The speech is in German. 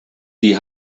die